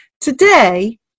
Today